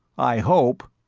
i hope!